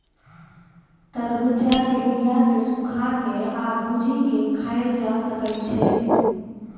तरबुज्जा के बीया केँ सुखा के आ भुजि केँ खाएल जा सकै छै